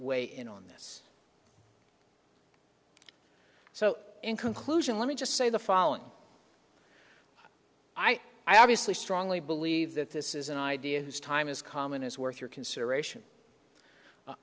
weigh in on this so in conclusion let me just say the following i i obviously strongly believe that this is an idea whose time is common is worth your consideration